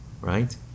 right